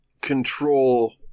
control